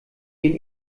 den